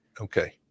okay